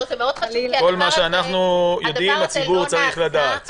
כל מה שאנחנו יודעים הציבור צריך לדעת.